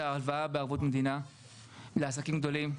ההלוואה בערבות מדינה לעסקים גדולים,